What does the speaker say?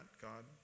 god